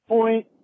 Point